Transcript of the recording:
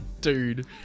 dude